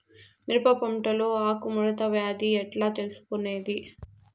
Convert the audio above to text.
మిరప పంటలో ఆకు ముడత వ్యాధి ఎట్లా తెలుసుకొనేది?